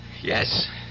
Yes